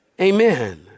Amen